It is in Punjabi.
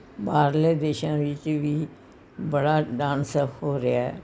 ਬਾਹਰਲੇ ਦੇਸ਼ਾਂ ਵਿੱਚ ਵੀ ਬੜਾ ਡਾਂਸ ਹੋ ਰਿਹਾ